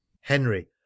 henry